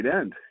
end